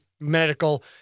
medical